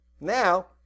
Now